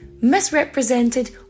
misrepresented